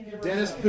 Dennis